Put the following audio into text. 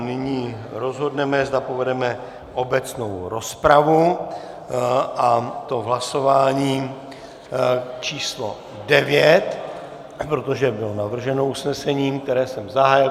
Nyní rozhodneme, zda povedeme obecnou rozpravu, a to hlasováním číslo 9, protože bylo navrženo usnesením, které jsem zahájil.